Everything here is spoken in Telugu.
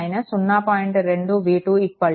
7v1 - 0